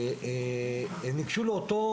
הן ניגשו לאותו